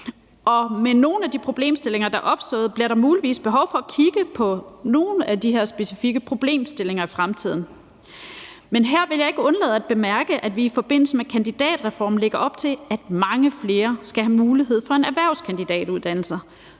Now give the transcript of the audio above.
Med nogle af de problemstillinger, der er opstået, bliver der muligvis behov for at kigge på nogle af de her specifikke problemstillinger i fremtiden. Men her vil jeg ikke undlade at bemærke, at vi i forbindelse med kandidatreformen lægger op til, at mange flere skal have mulighed for en erhvervskandidatuddannelse.